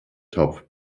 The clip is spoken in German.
topf